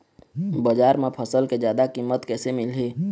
बजार म फसल के जादा कीमत कैसे मिलही?